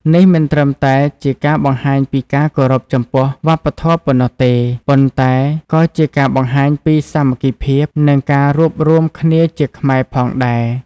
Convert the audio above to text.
នេះមិនត្រឹមតែជាការបង្ហាញពីការគោរពចំពោះវប្បធម៌ប៉ុណ្ណោះទេ ប៉ុន្តែក៏ជាការបង្ហាញពី សាមគ្គីភាព និងការរួបរួមគ្នាជាខ្មែរផងដែរ។